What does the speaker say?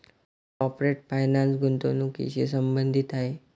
corporate finance गुंतवणुकीशी संबंधित आहे